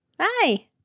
Hi